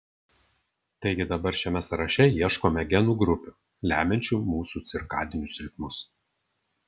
taigi dabar šiame sąraše ieškome genų grupių lemiančių mūsų cirkadinius ritmus